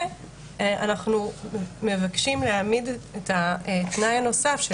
ואנחנו מבקשים להעמיד את התנאי הנוסף של